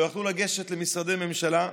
לא יכלו לגשת למשרדי ממשלה,